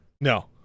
No